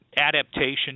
adaptation